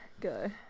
go